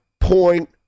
point